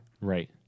Right